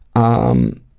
on